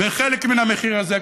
וחלק מן המחיר הזה,